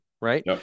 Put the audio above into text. right